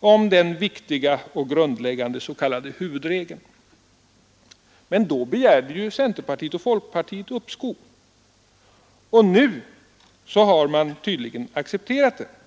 om den viktiga och grundläggande s.k. huvudregeln. Då begärde ju centerpartiet och folkpartiet uppskov, men nu har man tydligen accepterat den regeln.